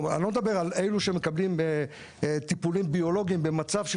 אני לא מדבר על אלו שמקבלים טיפולים ביולוגיים במצב של